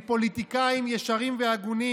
מפוליטיקאים ישרים והגונים,